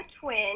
twin